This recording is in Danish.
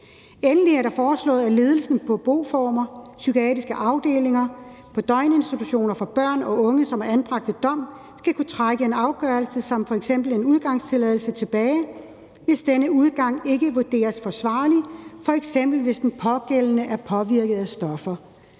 Endelig er det foreslået, at ledelsen på boformer som psykiatriske afdelinger, døgninstitutioner for børn og unge, som er anbragt ved dom, skal kunne trække en afgørelse om f.eks. en udgangstilladelse tilbage, hvis denne udgang ikke vurderes at være forsvarlig, f.eks. hvis den pågældende er påvirket af stoffer.